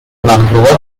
مخلوقات